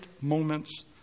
moments